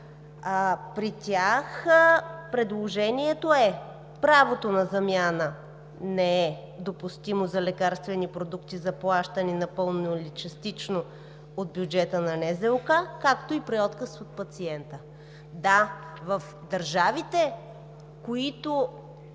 при тях предложението е: правото на замяна не е допустимо за лекарствени продукти за плащане напълно или частично от бюджета на НЗОК, както и при отказ от пациента. Да, в държавите, които